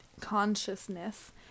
Consciousness